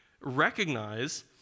Recognize